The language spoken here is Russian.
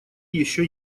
еще